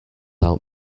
out